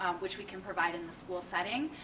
which we can provide in the school setting.